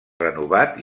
renovat